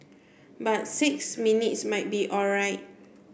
but six minutes might be alright